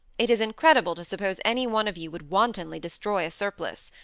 it is incredible to suppose any one of you would wantonly destroy a surplice.